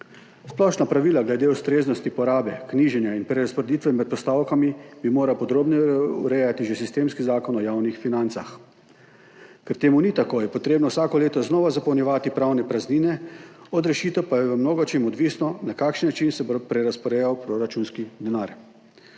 Splošna pravila glede ustreznosti porabe, knjiženja in prerazporeditve med postavkami bi moral podrobneje urejati že sistemski Zakon o javnih financah. Ker ni tako, je treba vsako leto znova zapolnjevati pravne praznine, od rešitev pa je v mnogo čem odvisno, na kakšen način se bo prerazporejal proračunski denar.